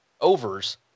overs